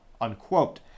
unquote